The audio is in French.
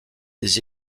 des